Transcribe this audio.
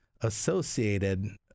associated